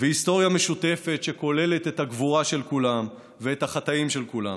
והיסטוריה משותפת שכוללת את הגבורה של כולם ואת החטאים של כולם,